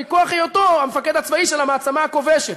מכוח היותו של המעצמה הכובשת.